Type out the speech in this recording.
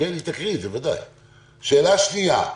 שאלה שנייה.